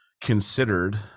considered